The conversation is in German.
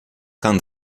kann